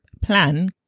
plan